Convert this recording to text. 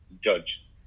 judge